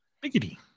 Biggity